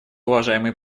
уважаемый